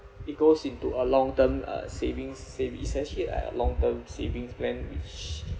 it goes into a long term uh savings savi~ it's actually like a long term savings plan which